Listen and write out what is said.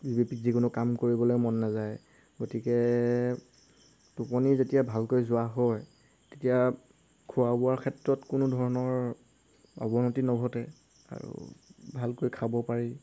যিকোনো কাম কৰিবলৈ মন নাযায় গতিকে টোপনি যেতিয়া ভালকৈ যোৱা হয় তেতিয়া খোৱা বোৱাৰ ক্ষেত্ৰত কোনো ধৰণৰ অৱনতি নঘটে আৰু ভালকৈ খাব পাৰি